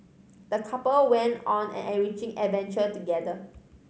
the couple went on an enriching adventure together